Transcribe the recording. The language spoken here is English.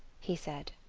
he said.